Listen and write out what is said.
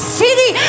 city